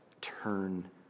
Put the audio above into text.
turn